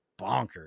bonkers